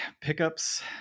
pickups